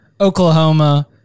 Oklahoma